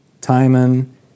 Timon